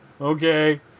Okay